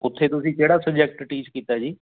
ਉੱਥੇ ਤੁਸੀਂ ਕਿਹੜਾ ਸਬਜੈਕਟ ਟੀਚ ਕੀਤਾ ਜੀ